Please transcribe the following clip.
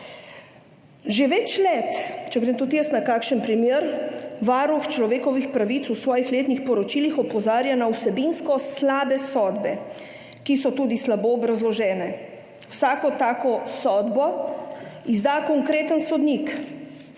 Že več let, če grem tudi jaz na kakšen primer, Varuh človekovih pravic v svojih letnih poročilih opozarja na vsebinsko slabe sodbe, ki so tudi slabo obrazložene. Vsako tako sodbo izda konkreten sodnik.